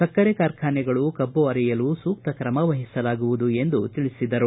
ಸಕ್ಕರೆ ಕಾರ್ಖಾನೆಗಳು ಕಬ್ಬು ಅರೆಯಲು ಸೂಕ್ತ ಕ್ರಮವಹಿಸಲಾಗುವುದು ಎಂದು ತಿಳಿಸಿದರು